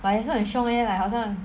but 也是很凶 leh 好像